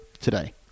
today